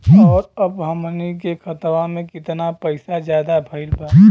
और अब हमनी के खतावा में कितना पैसा ज्यादा भईल बा?